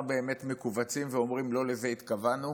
באמת מכווצים ואומרים: לא לזה התכוונו,